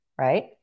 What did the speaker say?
right